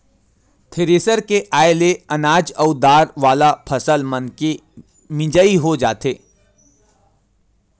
thresher के आये ले अनाज अउ दार वाला फसल मनके मिजई हो जाथे